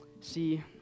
see